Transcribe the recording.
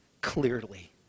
clearly